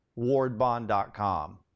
WardBond.com